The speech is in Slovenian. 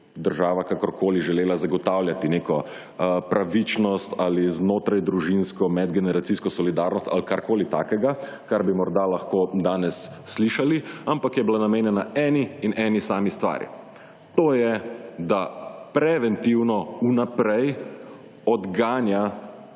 država kakorkoli želela zagotavljati neko pravičnost ali znotraj družinsko, medgeneracijsko solidarnost ali karkoli takega, kar bi morda lahko danes slišali, ampak je bila namenjena eni in eni sami stvari. To je, da preventivno v naprej odganja